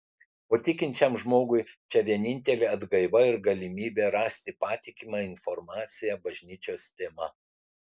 o tikinčiam žmogui čia vienintelė atgaiva ir galimybė rasti patikimą informaciją bažnyčios tema